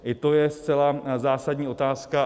I to je zcela zásadní otázka.